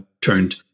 turned